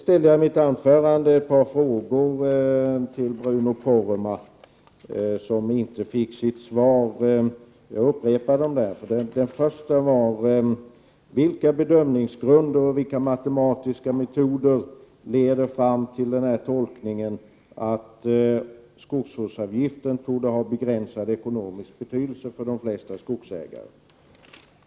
I mitt anförande ställde jag ett par frågor till Bruno Poromaa som inte fick sitt svar. Jag upprepar dem därför. Den första frågan var: Vilka bedömningsgrunder och vilka matematiska metoder leder fram till tolkningen att skogsvårdsavgiften torde ha begränsad ekonomisk betydelse för de flesta skogsägare?